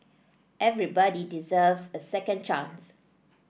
everybody deserves a second chance